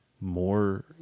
more